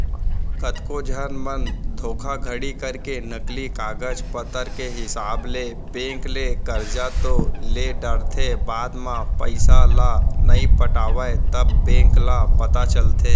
कतको झन मन धोखाघड़ी करके नकली कागज पतर के हिसाब ले बेंक ले करजा तो ले डरथे बाद म पइसा ल नइ पटावय तब बेंक ल पता चलथे